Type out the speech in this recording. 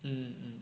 mm mm